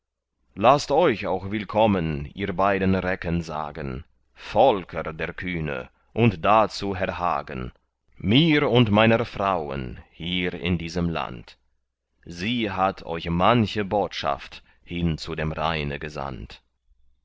laßt euch auch willkommen ihr beiden recken sagen volker der kühne und dazu herr hagen mir und meiner frauen hier in diesem land sie hat euch manche botschaft hin zum rheine gesandt